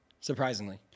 surprisingly